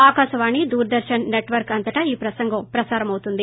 Akashvani Doordarshan network అంతటా ఈ ప్రసంగం ప్రసారమవుతుంది